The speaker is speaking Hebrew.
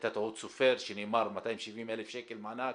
הייתה טעות סופר שנאמר 270,000 שקל מענק.